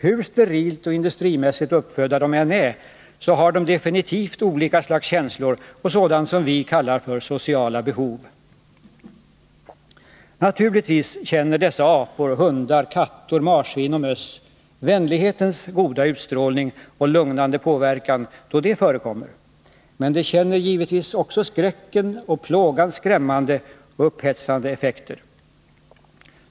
Hur sterilt och industrimässigt uppfödda de än är, så har de definitivt olika slags känslor och sådant som vi kallar sociala behov. Naturligtvis känner dessa apor, hundar, katter, marsvin och möss vänlighetens goda utstrålning och lugnande påverkan då det förekommer. Men de känner givetvis också skräcken och plågans skrämmande och upphetsande effekter.